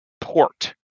port